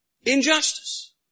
Injustice